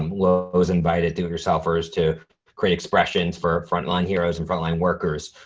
um lowe's invited do-it-yourselfers to create expressions for frontline heroes and frontline workers.